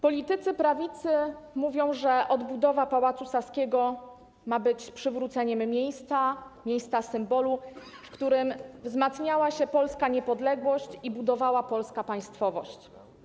Politycy prawicy mówią, że odbudowa Pałacu Saskiego ma być przywróceniem miejsca symbolu, w którym wzmacniała się polska niepodległość i budowała polska państwowość.